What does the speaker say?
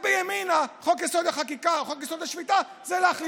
בית המשפט העליון עושה את זה לבד.